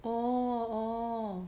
oh oh